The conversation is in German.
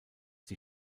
die